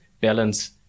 balance